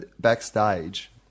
backstage